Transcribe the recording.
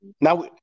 now